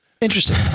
interesting